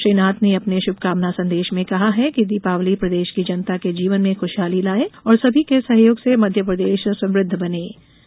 श्री नाथ ने अपने शुभकामना संदेश में कहा है कि दीपावली प्रदेश की जनता के जीवन में खुशहाली लाये और सभी के सहयोग से मध्यप्रदेश समृद्ध प्रदेश बने